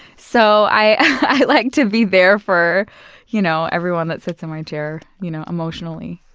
so i i like to be there for you know everyone that sits in my chair, you know, emotionally.